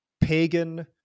pagan